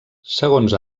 segons